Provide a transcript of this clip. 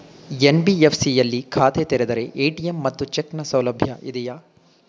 NBFC ಯಲ್ಲಿ ಖಾತೆ ತೆರೆದರೆ ಎ.ಟಿ.ಎಂ ಮತ್ತು ಚೆಕ್ ನ ಸೌಲಭ್ಯ ಇದೆಯಾ?